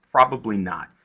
probably, not.